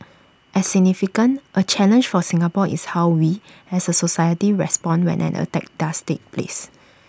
as significant A challenge for Singapore is how we as A society respond when an attack does take place